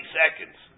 seconds